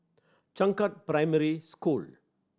Changkat Primary School